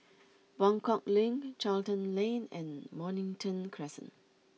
Buangkok Link Charlton Lane and Mornington Crescent